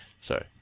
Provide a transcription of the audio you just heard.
Sorry